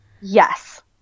Yes